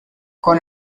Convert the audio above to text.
con